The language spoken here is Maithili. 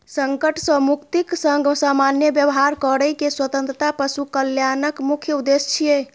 संकट सं मुक्तिक संग सामान्य व्यवहार करै के स्वतंत्रता पशु कल्याणक मुख्य उद्देश्य छियै